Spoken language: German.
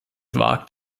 wagt